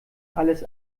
alles